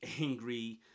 angry